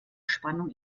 spannung